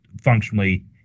functionally